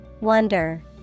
Wonder